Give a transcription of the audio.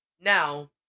Now